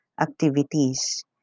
activities